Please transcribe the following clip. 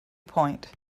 point